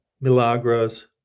milagros